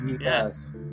Yes